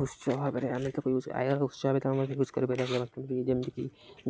ଉତ୍ସ ଭାବରେ ଆମେ ତାକୁୁ ଆୟର ଉତ୍ସ ଭବେରେ ତାକୁ ମଧ୍ୟ ୟୁଜ୍ କରିପାରିବା ଯେମିତିକି